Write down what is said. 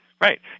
Right